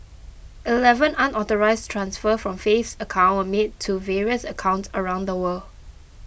eleven unauthorised transfers from faith's account were made to various accounts around the world